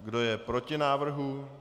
Kdo je proti návrhu?